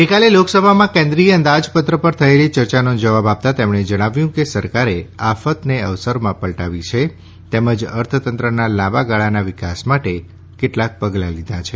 ગઈકાલે લોકસભામાં કેન્દ્રિય અંદાજપત્ર પર થયેલી ચર્ચાનો જવાબ આપતા તેમણે જણાવ્યું કે સરકારે આફતને અવસરમાં પલટાવી છે તેમજ અર્થતંત્રના લાંબા ગાળાના વિકાસ માટે કેટલાક પગલા લીધા છે